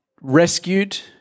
rescued